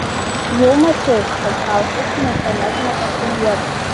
jau mačiau kad faustas niekuomet nepasiduoda